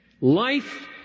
Life